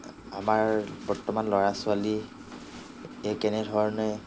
আমাৰ বৰ্তমান ল'ৰা ছোৱালী এই কেনেধৰণে